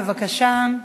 בבקשה.